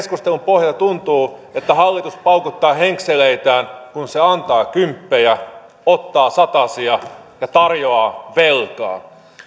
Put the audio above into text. keskustelun pohjalta tuntuu että hallitus paukuttaa henkseleitään kun se antaa kymppejä ottaa satasia ja tarjoaa velkaa